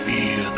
Feel